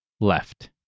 Left